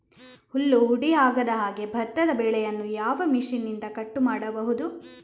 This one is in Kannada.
ಹುಲ್ಲು ಹುಡಿ ಆಗದಹಾಗೆ ಭತ್ತದ ಬೆಳೆಯನ್ನು ಯಾವ ಮಿಷನ್ನಿಂದ ಕಟ್ ಮಾಡಬಹುದು?